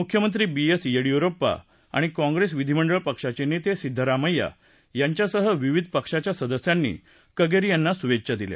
मुख्यमंत्री B S Yediyurappa आणि काँप्रेस विधीमंडळ पक्षाचे नेते सिद्धरामेय्या यांच्यासह विविध पक्षाच्या सदस्यांनी कगेरी यांना शुभेच्छा दिल्या